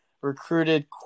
recruited